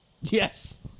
Yes